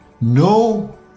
no